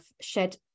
shed